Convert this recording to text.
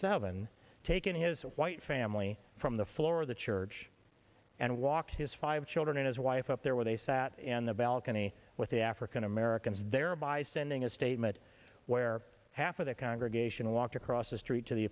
seven taken his white family from the floor of the church and walked his five children and his wife up there where they sat in the balcony with the african americans there by sending a statement where half of the congregation walked across the street to the